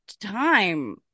time